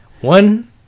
one